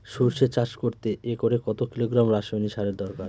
সরষে চাষ করতে একরে কত কিলোগ্রাম রাসায়নি সারের দরকার?